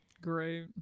Great